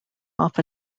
off